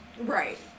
Right